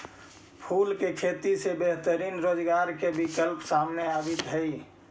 फूल के खेती से बेहतरीन रोजगार के विकल्प सामने आवित हइ